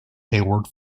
hayward